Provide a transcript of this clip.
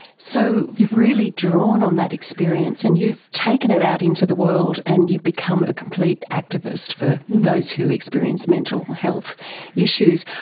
so you've really drawn on that experience and you've taken it out into the world and you've become a complete activist that those who experience mental health issues.